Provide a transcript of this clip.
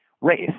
race